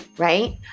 right